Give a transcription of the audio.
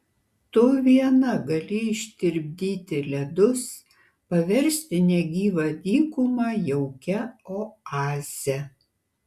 tu viena gali ištirpdyti ledus paversti negyvą dykumą jaukia oaze